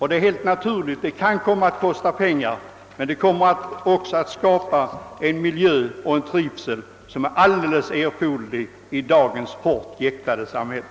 Det är helt naturligt att detta kan komma att kosta pengar, men det kommer också att skapa den trivsel i miljön som är erforderlig för de hårt jäktade människorna i dagens samhälle.